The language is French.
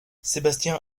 sébastien